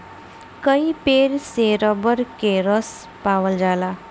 कई पेड़ से रबर के रस पावल जाला